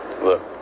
Look